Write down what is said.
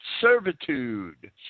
servitude